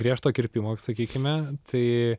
griežto kirpimo sakykime tai